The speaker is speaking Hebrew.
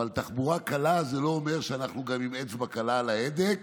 אבל תחבורה קלה זה לא אומר שאנחנו גם עם אצבע קלה על ההדק